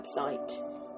website